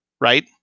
Right